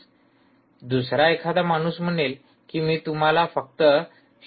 दुसरा एखादा माणूस म्हणेल की मी तुम्हाला फक्त ०